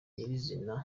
nyir’izina